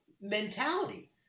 mentality